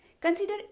Consider